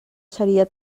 seria